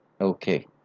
Okay